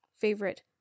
favorite